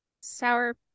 Sour